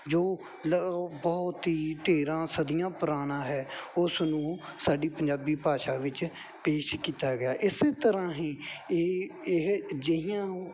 ਜੋ ਬਹੁਤ ਹੀ ਢੇਰਾਂ ਸਦੀਆਂ ਪੁਰਾਣਾ ਹੈ ਉਸ ਨੂੰ ਸਾਡੀ ਪੰਜਾਬੀ ਭਾਸ਼ਾ ਵਿੱਚ ਪੇਸ਼ ਕੀਤਾ ਗਿਆ ਇਸੇ ਤਰ੍ਹਾਂ ਹੀ ਇਹ ਇਹ ਅਜਿਹੀਆਂ